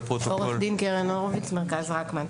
עו"ד קרן הורוביץ, מרכז רקמן.